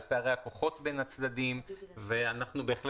על פערי הכוחות בין הצדדים ואנחנו בהחלט